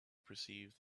perceived